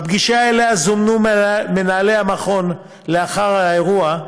בפגישה שזומנו אליה מנהלי המכון לאחר האירוע,